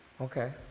Okay